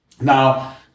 now